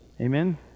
Amen